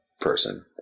person